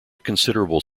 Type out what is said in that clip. considerable